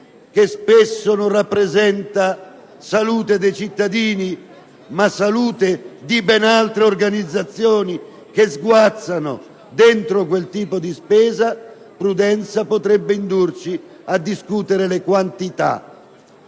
(che spesso non rappresenta salute dei cittadini, ma salute di ben altre organizzazioni che sguazzano dentro quel tipo di spesa), potrebbe indurci a discutere le quantità.